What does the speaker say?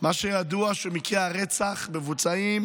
מה שידוע הוא שמקרי הרצח מבוצעים